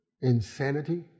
insanity